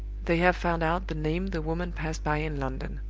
they have found out the name the woman passed by in london.